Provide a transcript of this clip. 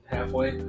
Halfway